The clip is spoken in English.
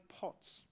pots